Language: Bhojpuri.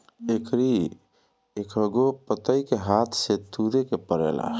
एकरी एकहगो पतइ के हाथे से तुरे के पड़ेला